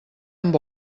amb